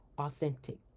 authentic